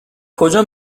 کجا